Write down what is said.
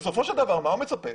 בסופו של דבר, מה הוא מצפה?